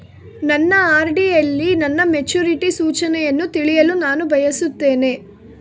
ನನ್ನ ಆರ್.ಡಿ ಯಲ್ಲಿ ನನ್ನ ಮೆಚುರಿಟಿ ಸೂಚನೆಯನ್ನು ತಿಳಿಯಲು ನಾನು ಬಯಸುತ್ತೇನೆ